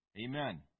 Amen